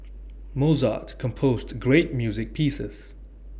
Mozart composed great music pieces